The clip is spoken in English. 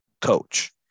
coach